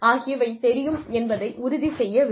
ஆகியவை தெரியும் என்பதை உறுதி செய்ய வேண்டும்